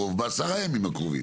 והיה בסדר גמור.